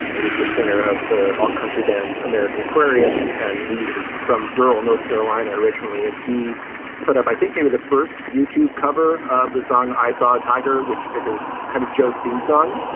who is the singer of the ah country band american aquarium, and he is from rural north carolina originally. and he put up, i think, maybe the first youtube cover of the song. i saw a tiger, which figures kind of joe's theme song.